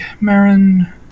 Marin